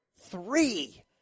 Three